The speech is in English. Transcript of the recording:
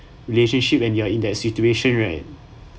relationship and you are in that situation right